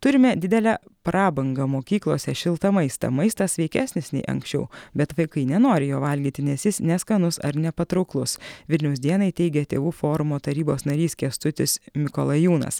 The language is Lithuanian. turime didelę prabangą mokyklose šiltą maistą maistas sveikesnis nei anksčiau bet vaikai nenori jo valgyti nes jis neskanus ar nepatrauklus vilniaus dienai teigė tėvų forumo tarybos narys kęstutis mikalajūnas